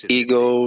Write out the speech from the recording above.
ego